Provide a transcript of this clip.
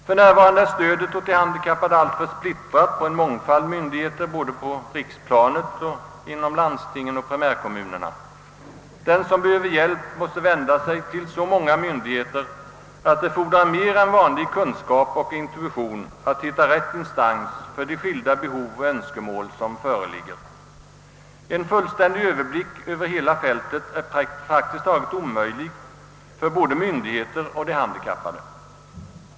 För närvarande är stödet åt de handikappade alltför splittrat på en mångfald myndigheter på riksplanet, inom landstingen och inom primärkommunerna. Den som behöver hjälp måste vända sig till så många myndigheter att det fordrar mer än vanlig kunskap och intuition att hitta rätt instans för de skilda behov och önskemål, som föreligger. En fullständig överblick över hela fältet är praktiskt taget omöjlig för både myndigheter och de handikappade.